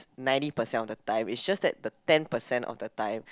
ninety percent of the time it's just that ten percent of the time